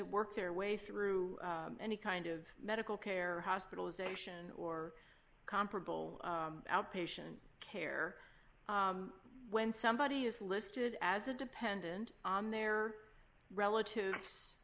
to work their way through any kind of medical care hospitalization or comparable outpatient care when somebody is listed as a dependent on their relatives